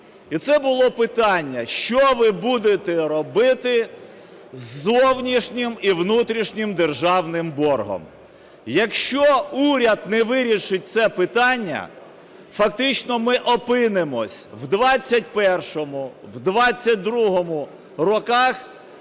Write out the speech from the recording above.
І це було питання: що ви будете робити із зовнішнім і внутрішнім державним боргом? Якщо уряд не вирішить це питання, фактично ми опинимося в 21-му,